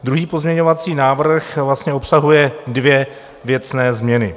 Druhý pozměňovací návrh vlastně obsahuje dvě věcné změny.